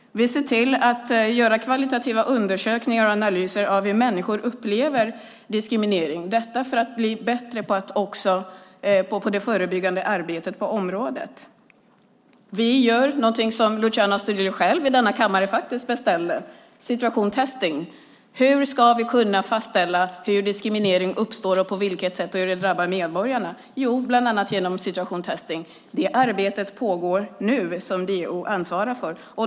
Vi ser till att göra kvalitativa undersökningar och analyser av hur människor upplever diskriminering - detta för att bli bättre också på det förebyggande arbetet på området. Vi provar någonting som Luciano Astudillo själv beställer i denna kammare, nämligen situation testing. Hur ska vi kunna fastställa hur diskriminering uppstår, på vilket sätt och hur den drabbar medborgarna? Jo, bland annat genom situation testing. Det arbetet, som DO ansvarar för, pågår nu.